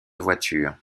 voiture